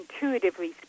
intuitively